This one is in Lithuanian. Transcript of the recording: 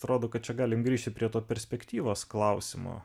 atrodo kad čia galim grįžti prie to perspektyvos klausimo